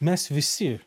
mes visi